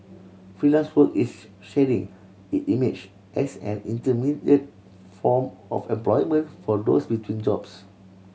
Freelance Work is shedding it image as an intermediate form of employment for those between jobs